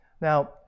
Now